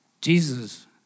Jesus